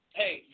hey